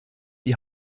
die